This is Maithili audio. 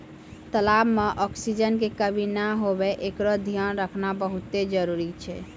तलाब में ऑक्सीजन के कमी नै हुवे एकरोॅ धियान रखना बहुत्ते जरूरी छै